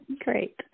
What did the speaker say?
Great